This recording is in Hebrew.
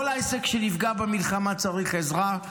כל עסק שנפגע במלחמה צריך עזרה,